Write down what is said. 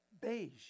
beige